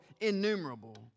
innumerable